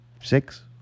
six